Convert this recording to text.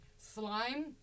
Slime